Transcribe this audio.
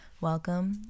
welcome